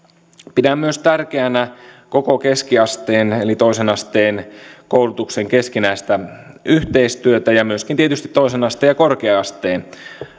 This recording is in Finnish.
pidän tärkeänä myös koko keskiasteen eli toisen asteen koulutuksen keskinäistä yhteistyötä ja myöskin tietysti toisen asteen ja korkea asteen